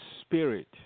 spirit